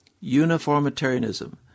Uniformitarianism